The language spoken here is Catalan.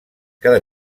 cada